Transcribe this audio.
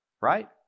Right